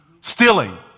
Stealing